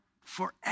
forever